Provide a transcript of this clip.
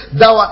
thou